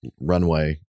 runway